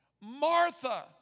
Martha